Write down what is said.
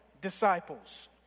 Disciples